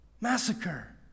Massacre